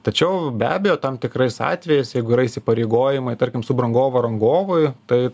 tačiau be abejo tam tikrais atvejais jeigu yra įsipareigojimai tarkim subrangovo rangovui tai